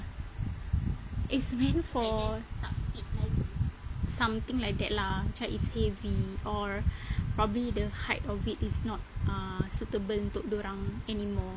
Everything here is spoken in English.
it's meant for something like that lah macam is heavy or probably the height or weight is not ah suitable untuk dorang anymore